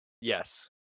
Yes